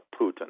Putin